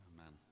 Amen